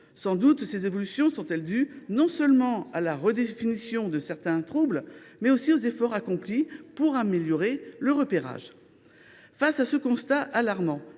Sans doute ces évolutions sont elles dues non seulement à la redéfinition de certains troubles, mais aussi aux efforts accomplis pour en améliorer le repérage. Face à ce constat alarmant,